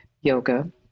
yoga